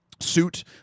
suit